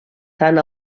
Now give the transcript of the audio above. tant